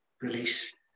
release